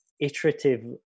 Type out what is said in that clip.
iterative